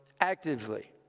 actively